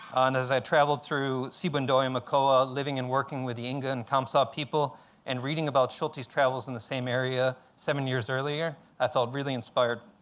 and as i traveled through sibundoy and mocoa, ah living and working with the inga and kamentsa ah people and reading about schultes' travels in the same area seventy years earlier, i felt really inspired.